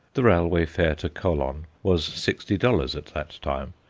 the railway fare to colon was sixty dollars at that time,